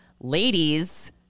ladies